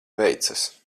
veicas